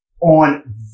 on